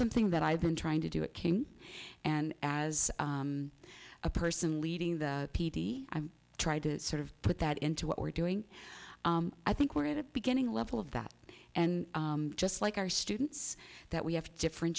something that i've been trying to do it came and as a person leading the p d i've tried to sort of put that into what we're doing i think we're at a beginning level of that and just like our students that we have to different